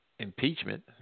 Impeachment